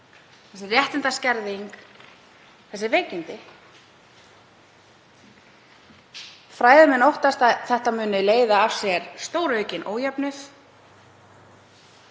réttindaskerðingu og þessum veikindum. Fræðimenn óttast að þetta muni leiða af sér stóraukinn ójöfnuð,